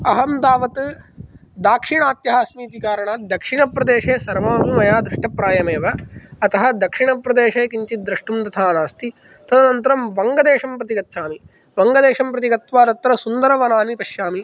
अहं तावत् दाक्षिणात्यः अस्मि इति कारणात् दक्षिणप्रदेशे सर्वमपि मया द्रष्टप्रायमेव अतः दक्षिणप्रदेशे किञ्चित् द्रष्टुं तथा नास्ति तदनन्तरं वङ्गदेशं प्रति गच्छामि वङ्गदेशं प्रति गत्वा तत्र सुन्दरवनानि पश्यामि